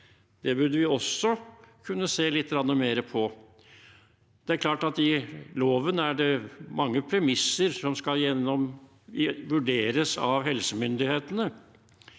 Det burde vi også kunne se lite grann mer på. Det er klart at det i loven er mange premisser som skal vurderes av helsemyndighetene,